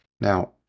Now